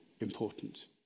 important